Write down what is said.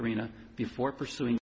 farina before pursuing